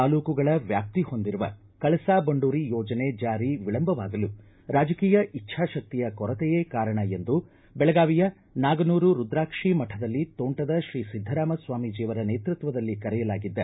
ತಾಲೂಕುಗಳ ವ್ಯಾಪ್ತಿ ಹೊಂದಿರುವ ಕಳಸಾ ಬಂಡೂರಿ ಯೋಜನೆ ಜಾರಿ ವಿಳಂಬವಾಗಲು ರಾಜಕೀಯ ಇಚ್ದಾಶಕ್ತಿಯ ಕೊರತೆಯೇ ಕಾರಣ ಎಂದು ಬೆಳಗಾವಿಯ ನಾಗನೂರು ರುದ್ರಾಕ್ಷಿಮಠದಲ್ಲಿ ತೋಂಟದ ತ್ರೀ ಸಿದ್ದರಾಮ ಸ್ವಾಮೀಜಿಯವರ ನೇತೃತ್ವದಲ್ಲಿ ಕರೆಯಲಾಗಿದ್ದ